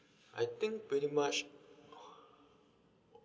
I think pretty much